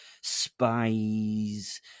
spies